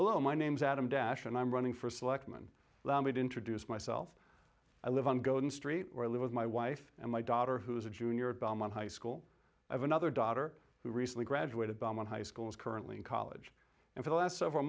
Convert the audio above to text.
well my name's adam dash and i'm running for selectman allow me to introduce myself i live on golden street where i live with my wife and my daughter who is a junior at belmont high school i have another daughter who recently graduated bomb on high school is currently in college and for the last several